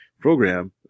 program